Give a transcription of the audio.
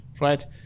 right